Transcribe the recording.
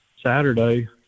Saturday